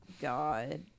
God